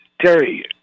Terry